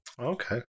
Okay